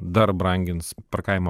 dar brangins parkavimą